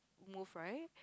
move right